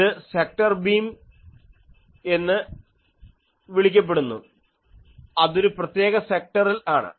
ഇത് sector beam എന്ന് വിളിക്കപ്പെടുന്നു അതൊരു പ്രത്യേക സെക്ടറിൽ ആണ്